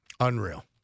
Unreal